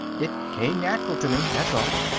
it came natural to me. that's all.